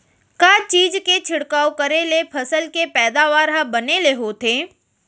का चीज के छिड़काव करें ले फसल के पैदावार ह बने ले होथे?